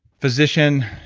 physician,